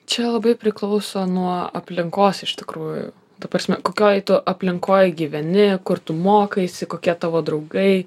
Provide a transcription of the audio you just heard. čia labai priklauso nuo aplinkos iš tikrųjų ta prasme kokioj aplinkoj gyveni kur tu mokaisi kokie tavo draugai